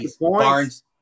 Barnes